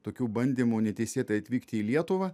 tokių bandymų neteisėtai atvykti į lietuvą